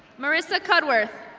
marissa cudworth.